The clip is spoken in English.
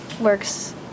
works